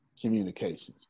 communications